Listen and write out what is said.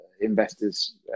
investors